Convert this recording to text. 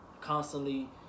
constantly